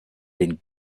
den